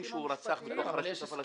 שהוא רצח אישה בתוך הרשות הפלסטינית.